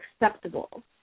acceptable